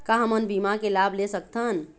का हमन बीमा के लाभ ले सकथन?